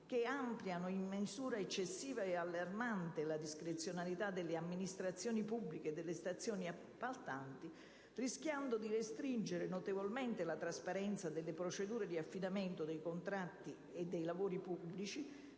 che ampliano in misura eccessiva e allarmante la discrezionalità delle amministrazioni pubbliche e delle stazioni appaltanti, rischiando di restringere notevolmente la trasparenza nelle procedure di affidamento di contratti e lavori pubblici